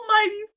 almighty